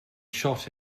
shot